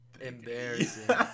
embarrassing